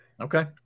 Okay